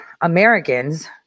Americans